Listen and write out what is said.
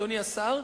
אדוני השר,